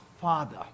father